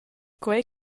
quei